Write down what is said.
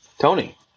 Tony